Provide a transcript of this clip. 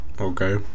okay